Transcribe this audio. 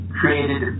created